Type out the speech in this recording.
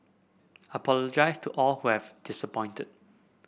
apologise to all who have disappointed